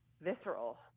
visceral